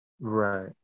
Right